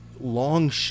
long